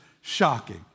shocking